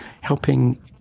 Helping